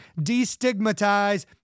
destigmatize